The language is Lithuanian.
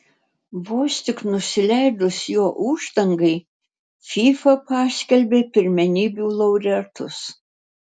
vos tik nusileidus jo uždangai fifa paskelbė pirmenybių laureatus